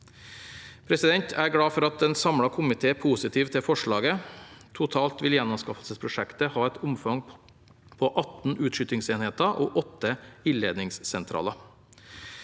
Jeg er glad for at en samlet komité er positiv til forslaget. Totalt vil gjenanskaffelsesprosjektet ha et omfang på 18 utskytingsenheter og 8 ildledningssentraler.